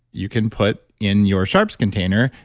you can put in your sharps container.